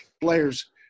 players